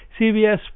CBS